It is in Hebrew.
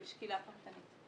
של שקילה פרטנית.